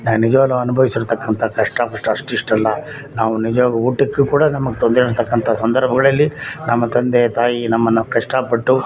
ನಿಜವಾಗ್ಲೂ ಅನುಭವ್ಸಿರ್ತಕ್ಕಂಥ ಕಷ್ಟ ಬಿಷ್ಟ್ ಅಷ್ಟಿಷ್ಟಲ್ಲ ನಾವು ನಿಜವಾಗ್ಲೂ ಊಟಕ್ಕೆ ಕೂಡ ನಮ್ಗೆ ತೊಂದರೆ ಇರ್ತಕ್ಕಂಥ ಸಂದರ್ಭಗಳಲ್ಲಿ ನಮ್ಮ ತಂದೆ ತಾಯಿ ನಮ್ಮನ್ನು ಕಷ್ಟಪಟ್ಟು